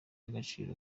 agaciro